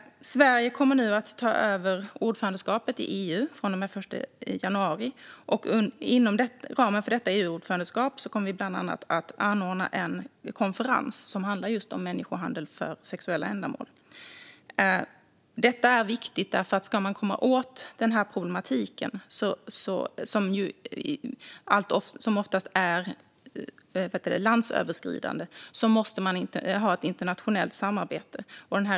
Sverige kommer att ta över ordförandeskapet i EU från och med den 1 januari. Inom ramen för detta EU-ordförandeskap kommer vi bland annat att anordna en konferens om just människohandel för sexuella ändamål. Detta är viktigt. Om man ska komma åt problematiken, som oftast är landsöverskridande, måste man ha ett internationellt samarbete.